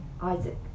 Isaac